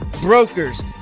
brokers